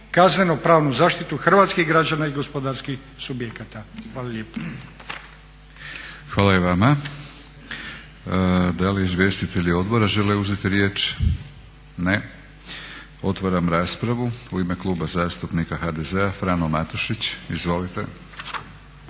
kazneno pravnu zaštitu hrvatskih građana i gospodarskih subjekata. Hvala lijepo. **Batinić, Milorad (HNS)** Hvala i vama. Da li izvjestitelji odbora žele uzeti riječ? Ne. Otvaram raspravu. U ime Kluba zastupnika HDZ-a Frano Matušić. Izvolite.